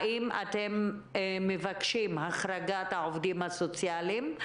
האם אתם מבקשים החרגה של העובדים הסוציאליים?